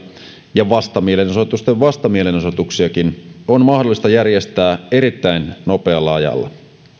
ja vastamielenosoitusten vastamielenosoituksiakin on mahdollista järjestää erittäin nopealla ajalla